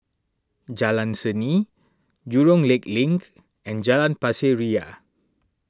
Jalan Seni Jurong Lake Link and Jalan Pasir Ria